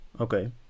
Okay